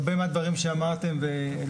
הרבה מן הדברים שאמרתם והעליתם,